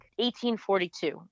1842